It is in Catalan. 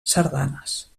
sardanes